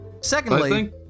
Secondly